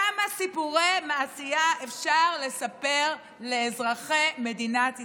כמה סיפורי מעשיות אפשר לספר לאזרחי מדינת ישראל?